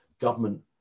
government